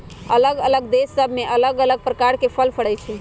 अल्लग अल्लग देश सभ में अल्लग अल्लग प्रकार के फल फरइ छइ